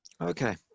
okay